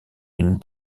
une